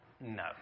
no